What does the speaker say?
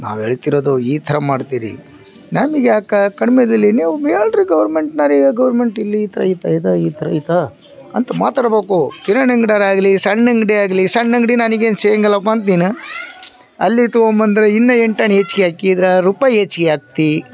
ನಾವೇಳ್ತಿರೋದು ಈ ಥರ ಮಾಡ್ತೀರಿ ನಮ್ಗೆ ಯಾಕೆ ಕಡಿಮೆದಲ್ಲಿ ನೀವು ಹೇಳಿರಿ ಗೌರ್ಮೆಂಟ್ನೋರಿಗೆ ಗೌರ್ಮೆಂಟ್ ಇಲ್ಲಿ ಈ ಥರ ಈ ಥರ ಇದೆ ಈ ಥರ ಈಗ ಅಂತ ಮಾತಾಡ್ಬೇಕು ಕಿರಾಣಿ ಅಂಗಡಿಯೋರಾಗ್ಲಿ ಸಣ್ಣ ಅಂಗಡಿ ಆಗಲಿ ಸಣ್ಣ ಅಂಗಡಿ ನನಗೇನು ಸಿಗೊಂಗಿಲಪ್ಪಾ ಅಂತ ನೀನು ಅಲ್ಲಿ ತಗೋಬಂದ್ರು ಇನ್ನು ಎಂಟಾಣಿ ಹೆಚ್ಚಿಗೆ ಹಾಕಿದ್ರೆ ರೂಪಾಯಿ ಹೆಚ್ಚಿಗೆ ಹಾಕ್ತಿ